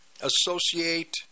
associate